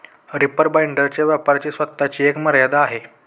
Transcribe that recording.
reaper बाइंडरच्या वापराची स्वतःची एक मर्यादा आहे